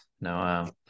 no